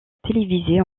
télévisée